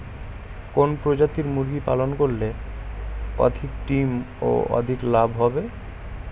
কোন প্রজাতির মুরগি পালন করলে অধিক ডিম ও অধিক লাভ হবে?